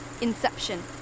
Inception